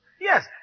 Yes